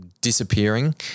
disappearing